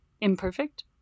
imperfect